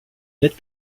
lit